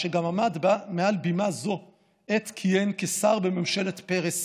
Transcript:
שגם עמד מעל בימה זו עת כיהן כשר בממשלת פרס